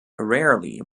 rarely